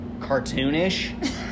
cartoonish